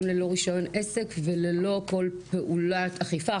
ללא רישיון עסק וללא כל פעולת אכיפה.